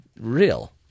real